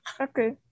Okay